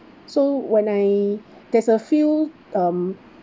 so when I there's a few um